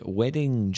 wedding